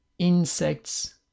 Insects